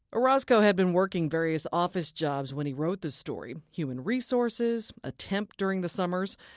orozco had been working various office jobs when he wrote the story human resources, a temp during the summers.